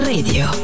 Radio